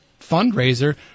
fundraiser